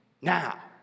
now